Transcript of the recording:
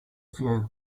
few